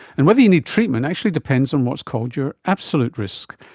and whether you need treatment actually depends on what's called your absolute risk.